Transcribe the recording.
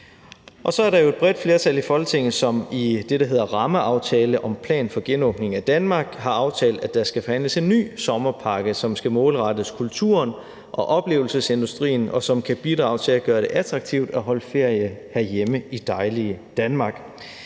Så er der jo et bredt flertal i Folketinget, som i det, der hedder »Rammeaftale om plan for genåbning af Danmark«, har aftalt, at der skal forhandles en ny sommerpakke, som skal målrettes kulturen og oplevelsesindustrien, og som kan bidrage til at gøre det attraktivt at holde ferie herhjemme i dejlige Danmark.